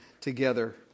together